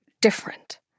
different